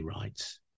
rights